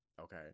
Okay